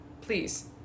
please